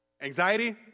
Anxiety